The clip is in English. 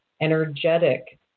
energetic